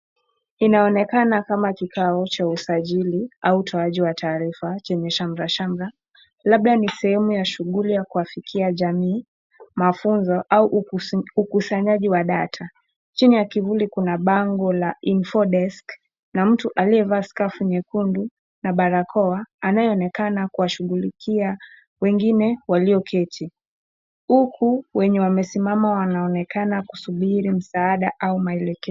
Inaonekana kama kikao cha usajili au utoaji wa taarifa chenye shamrashamra labda ni sehemu ya shughuli ya kuwafikia jamii mafunzo au ukusanyaji wa data. Chini ya kivuli kuna bango la (cs)INFO DESK(cs) na mtu aliyevaa skafu nyekundu na barakoa anayeonekana kuwa shughulikia wengine walioketi huku ,wenye wamesimama wanaonekana kusubiri msaada au maelekezo.